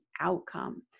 outcome